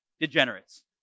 degenerates